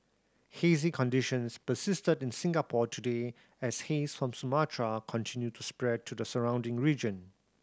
hazy conditions persisted in Singapore today as haze from Sumatra continued to spread to the surrounding region